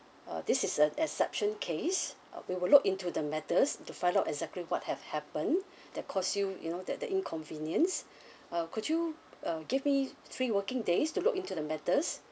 uh this is an exception case uh we will look into the matters to find out exactly what have happened that cause you you know that that inconvenience uh could you uh give me three working days to look into the matters